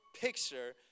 picture